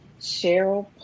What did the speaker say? cheryl